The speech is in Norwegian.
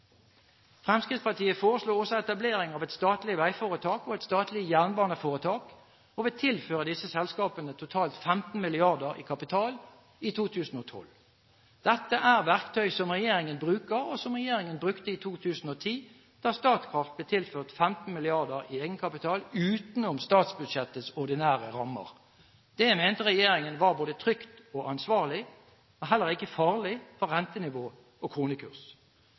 Fremskrittspartiet foreslår også etablering av et statlig veiforetak og et statlig jernbaneforetak og vil tilføre disse selskapene totalt 15 mrd. kr i kapital i 2012. Dette er verktøy som regjeringen bruker, og som regjeringen brukte i 2010, da Statkraft ble tilført 15 mrd. kr i egenkapital utenom statsbudsjettets ordinære rammer. Det mente regjeringen var både trygt og ansvarlig, og heller ikke farlig, for rentenivå og kronekurs.